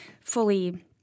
fully